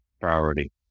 priority